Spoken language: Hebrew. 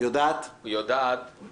יודעת מה זה מהותי ומה זה לא מהותי?